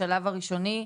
בשלב הראשוני.